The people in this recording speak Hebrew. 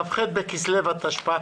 כ"ח בכסלו התשפ"א.